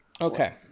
Okay